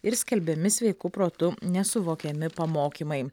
ir skelbiami sveiku protu nesuvokiami pamokymai